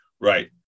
Right